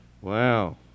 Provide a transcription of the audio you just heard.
Wow